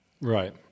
Right